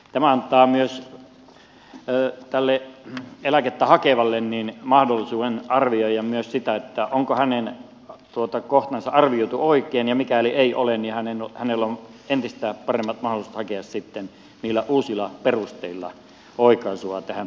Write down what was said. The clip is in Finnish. tämä antaa myös tälle eläkettä hakevalle mahdollisuuden arvioida myös sitä onko hänen kohtansa arvioitu oikein ja mikäli ei ole niin hänellä on entistä paremmat mahdollisuudet hakea sitten niillä uusilla perusteilla oikaisua tähän päätökseen